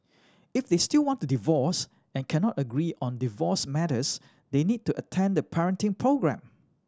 if they still want to divorce and cannot agree on divorce matters they need to attend the parenting programme